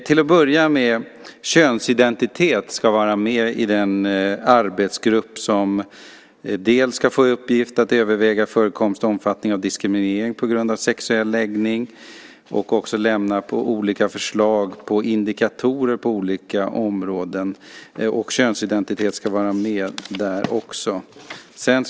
Till att börja med ska könsidentitet vara med i den arbetsgrupp som ska få i uppgift att dels överväga förekomst och omfattning av diskriminering på grund av sexuell läggning, dels lämna förslag på indikatorer på olika områden. Könsidentitet ska vara med också där.